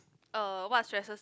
uh what stresses